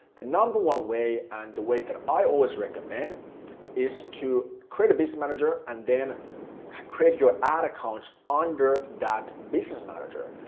the number one way and the way that i always recommend is to create a business manager and then ah create your ad account under that business manager.